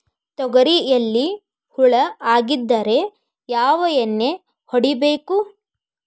ತೊಗರಿಯಲ್ಲಿ ಹುಳ ಆಗಿದ್ದರೆ ಯಾವ ಎಣ್ಣೆ ಹೊಡಿಬೇಕು?